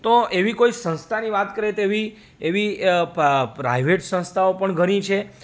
તો એવી કોઈ સંસ્થાની વાત કરીએ તો એવી એવી પ્રાઇવેટ સંસ્થાઓ પણ ઘણી છે